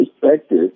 perspective